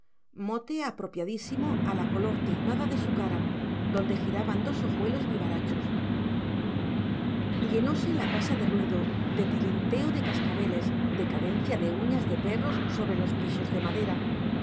mote apropiadísimo a la color tiznada de su cara donde giraban dos ojuelos vivarachos llenóse la casa de ruido de tilinteo de cascabeles de cadencia de uñas de perros sobre los pisos de madera